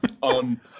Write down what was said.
on